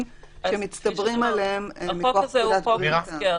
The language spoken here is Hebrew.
שמצטברים עליהם מכוח פקודת בריאות העם.